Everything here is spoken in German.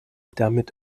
damit